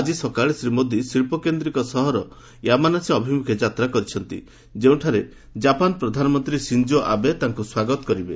ଆକି ସକାଳେ ଶ୍ରୀ ମୋଦି ଶିଳ୍ପକୈନ୍ଦିକ ସହର ୟାମାନାଶି ଅଭିମୁଖେ ଯାତ୍ରା କରିଛନ୍ତି ଯେଉଁଠାରେ ଜାପାନ ପ୍ରଧାନମନ୍ତ୍ରୀ ସିନ୍ଜୋ ଆବେ ତାଙ୍କୁ ସ୍ୱାଗତ କରିବେ